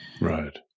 Right